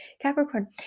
Capricorn